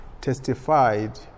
testified